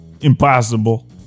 Impossible